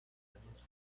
años